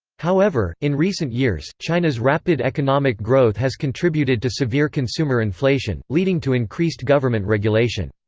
however, in recent years, china's rapid economic growth has contributed to severe consumer inflation, leading to increased government regulation.